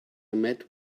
met